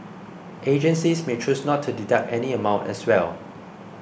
agencies may choose not to deduct any amount as well